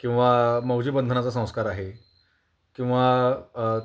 किंवा मौजीबंधनाचा संस्कार आहे किंवा